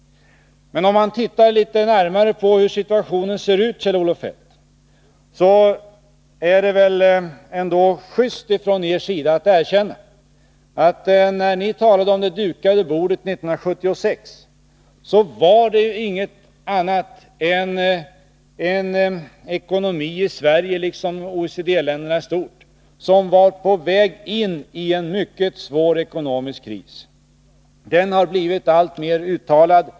Men om man tittar litet närmare på hur situationen ser ut vore det väl, Kjell-Olof Feldt, ändå just om ni erkände att det av er 1976 omtalade dukade bordet inte var något annat än en ekonomi som, i Sverige liksom i OECD-länderna i stort, var på väg in i en mycket svår kris. Denna kris har blivit alltmer uttalad.